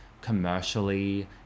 commercially